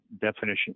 definition